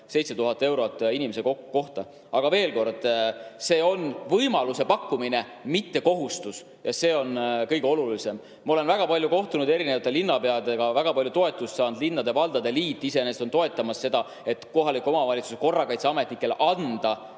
7000 eurot inimese kohta. Aga veel kord: see on võimaluse pakkumine, mitte kohustus. See on kõige olulisem. Ma olen väga palju kohtunud erinevate linnapeadega, väga palju [sellele mõttele] toetust saanud, linnade-valdade liit iseenesest toetab kohaliku omavalitsuse korrakaitseametnikele